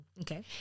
Okay